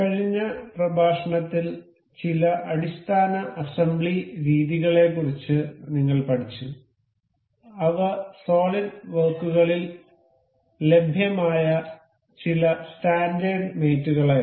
കഴിഞ്ഞ പ്രഭാഷണത്തിൽ ചില അടിസ്ഥാന അസംബ്ലി രീതികളെക്കുറിച്ച് നിങ്ങൾ പഠിച്ചു അവ സോളിഡ് വർക്കുകളിൽ ലഭ്യമായ ചില സ്റ്റാൻഡേർഡ് മേറ്റ് കളായിരുന്നു